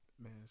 Man